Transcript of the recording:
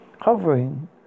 Hovering